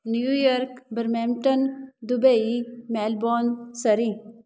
New York Brampton Dubai Melbourne Surrey